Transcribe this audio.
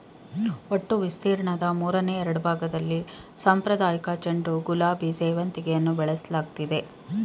ಒಟ್ಟು ವಿಸ್ತೀರ್ಣದ ಮೂರನೆ ಎರಡ್ಭಾಗ್ದಲ್ಲಿ ಸಾಂಪ್ರದಾಯಿಕ ಚೆಂಡು ಗುಲಾಬಿ ಸೇವಂತಿಗೆಯನ್ನು ಬೆಳೆಸಲಾಗ್ತಿದೆ